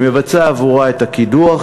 היא מבצעת עבורה את הקידוח,